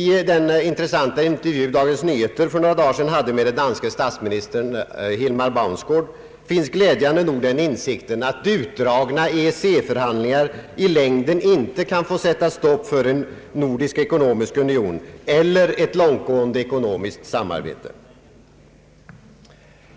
I den intressanta intervju Dagens Nyheter för några dagar sedan hade med den danske statsministern Hilmar Baunsgaard finns glädjande nog den insikten att utdragna EEC-förhandlingar i längden inte kan få sätta stopp för en nordisk ekonomisk union eller ett långtgående ekonomiskt samarbete.